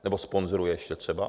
Nebo sponzoruje ještě třeba?